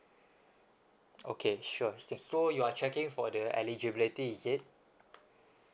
okay sure so you are checking for the eligibility is it